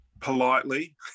politely